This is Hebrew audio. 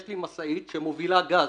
יש לי משאית שמובילה גז,